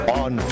on